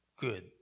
Good